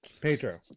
Pedro